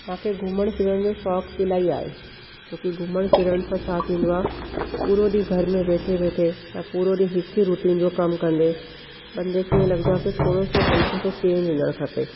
मूंखे घुमणु फिरणु जो शौक़ु त इलाही आहे छोकी घुमण फिरण सां छा थींदो आहे पूरो ॾींहुं घर में वेठे वेठे या पूरो ॾींहुं हिकु ई रुटीन जो कमु कंदे बंदे खे इहा लॻंदो आहे की थोरो सो हल्को सो चेंज हुजणु खपे